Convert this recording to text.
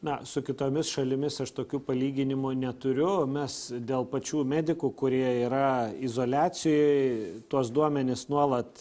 na su kitomis šalimis aš tokių palyginimų neturiu mes dėl pačių medikų kurie yra izoliacijoj tuos duomenis nuolat